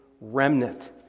remnant